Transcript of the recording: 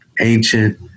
Ancient